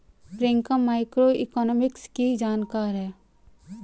Priyanka macroeconomics की जानकार है